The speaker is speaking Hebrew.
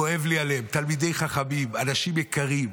כואב לי עליהם, תלמידי חכמים, אנשים יקרים.